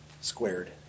squared